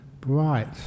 bright